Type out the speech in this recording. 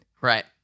Right